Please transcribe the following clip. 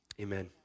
amen